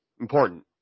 important